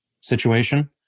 situation